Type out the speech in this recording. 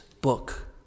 book